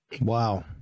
Wow